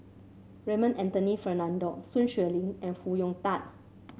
Raymond Anthony Fernando Sun Xueling and Foo Hong Tatt